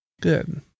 good